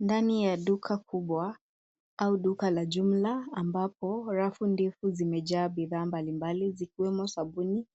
Ndani ya duka kubwa au duka la jumla ambapo rafu ndefu zimejaa bidhaa mbalimbali zikiwemo sabuni,